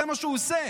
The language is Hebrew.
זה מה שהוא עושה.